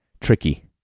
tricky